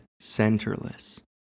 centerless